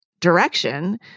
direction